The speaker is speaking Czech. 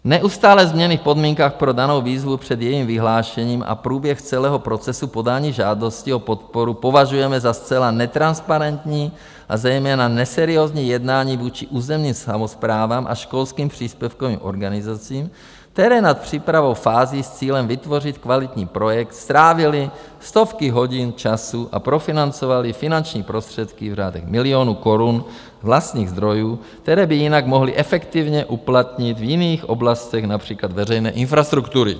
Neustálé změny v podmínkách pro danou výzvu před jejím vyhlášením a průběh celého procesu podání žádosti o podporu považujeme za zcela netransparentní a zejména neseriózní jednání vůči územním samosprávám a školským příspěvkovým organizacím, které nad přípravnou fází s cílem vytvořit kvalitní projekt strávily stovky hodin času a profinancovaly finanční prostředky v řádech milionů korun z vlastních zdrojů, které by jinak mohly efektivně uplatnit v jiných oblastech, například veřejné infrastruktury.